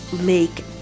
make